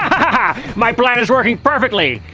ha! my plan is working perfectly.